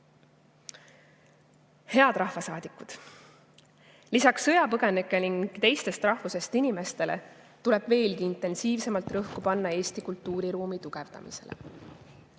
Head rahvasaadikud! Lisaks sõjapõgenikele ning teistest rahvustest inimestele tuleb veelgi intensiivsemalt rõhku panna Eesti kultuuriruumi tugevdamisele.